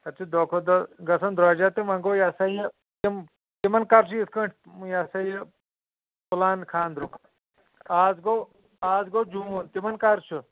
اتھ چُھ دۄہ کھۄتہٕ دۄہ گژھان درٛۄجر تہٕ وۄنۍ گو یہِ ہسا یہِ تِم تِمن کَر چُھ یِتھ کٲٹھۍ یہِ ہسا یہِ پٕلان خاندرُک آز گوٚو آز گوٚو جون تِمن کَر چُھ